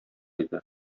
иде